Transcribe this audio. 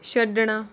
ਛੱਡਣਾ